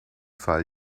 fall